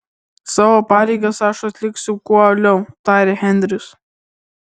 savo pareigas aš atliksiu kuo uoliau tarė henris